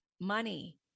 money